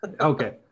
Okay